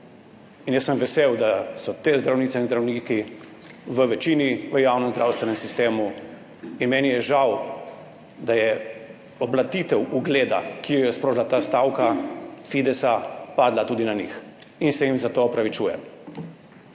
In sem vesel, da so te zdravnice in zdravniki v večini v javnem zdravstvenem sistemu, in mi je žal, da je oblatenje ugleda, ki ga je sprožila ta stavka Fidesa, padlo tudi na njih in se jim za to opravičujem.